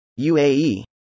UAE